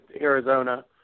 Arizona